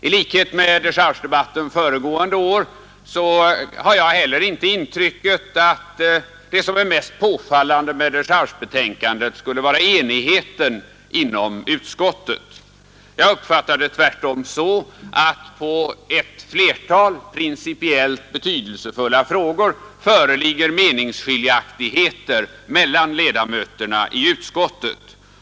I likhet med vad fallet var vid dechargedebatten förra året har jag inte heller nu det intrycket att det mest påfallande med dechargebetänkandet är enigheten inom utskottet. Tvärtom uppfattar jag det så, att det i ett flertal principiellt betydelsefulla frågor har rått meningsskiljaktigheter mellan ledamöterna i utskottet.